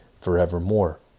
forevermore